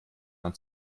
man